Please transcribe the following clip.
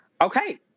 Okay